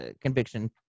conviction